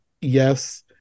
yes